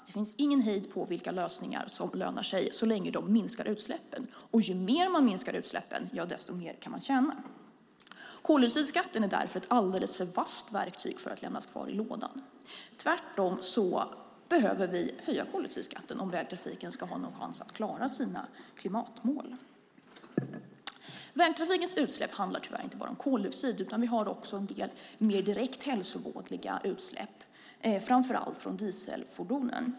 Det finns ingen hejd på vilka lösningar som lönar sig så länge de minskar utsläppen. Ju mer man minskar utsläppen desto mer kan man tjäna. Koldioxidskatten är därför ett alldeles för vasst verktyg för att lämnas kvar i lådan. Vi behöver höja koldioxidskatten om vägtrafiken ska ha någon chans att klara sina klimatmål. Vägtrafikens utsläpp handlar tyvärr inte bara om koldioxid. Vi har också en del mer direkt hälsovådliga utsläpp, framför allt från dieselfordonen.